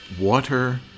water